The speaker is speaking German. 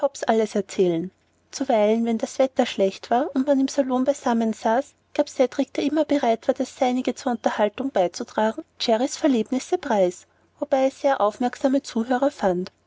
alles erzählen zuweilen wenn das wetter schlecht war und man im salon beisammen saß gab cedrik der immer bereit war das seinige zur unterhaltung beizutragen jerrys verlebnisse preis wobei er sehr aufmerksame zuhörer fand